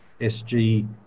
SG